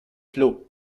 flots